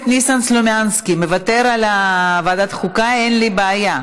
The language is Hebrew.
מתנגדים, אין נמנעים.